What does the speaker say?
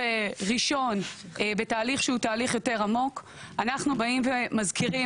ראשון בתהליך שהוא תהליך יותר עמוק אנחנו באים ומזכירים,